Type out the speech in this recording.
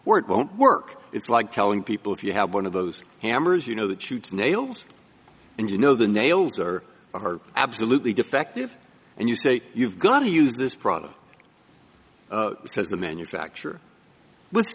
where it won't work it's like telling people if you have one of those hammers you know that shoots nails and you know the nails are absolutely defective and you say you've got to use this product says the manufacturer w